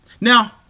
Now